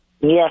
Yes